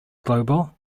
global